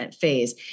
phase